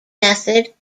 method